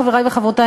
חברי וחברותי,